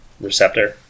receptor